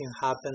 happen